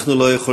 אנחנו לא יכולים,